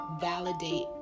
validate